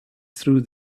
through